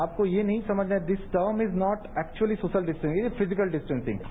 आपको ये नहीं समझना है this term is not actually social distancing ये फिजिकल डिस्टेंसिंग है